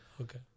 Okay